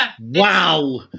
Wow